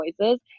voices